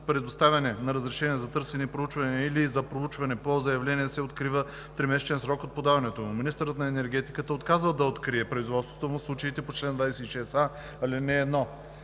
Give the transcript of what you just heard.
предоставяне на разрешение за търсене и проучване или за проучване по заявление се открива в тримесечен срок от подаването му. Министърът на енергетиката отказва да открие производството в случаите по чл. 26а, ал. 1.“ 2.